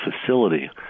facility